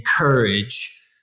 encourage